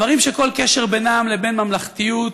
דברים שכל קשר בינם לבין ממלכתיות,